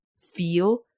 feel